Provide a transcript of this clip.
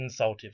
insultive